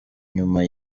nyuma